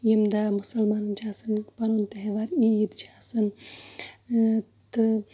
ییٚمہِ دۄہ مُسلمانن چھُ آسان پَنُن تیٚہوار عیٖد چھِ آسان تہٕ